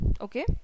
Okay